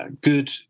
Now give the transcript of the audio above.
good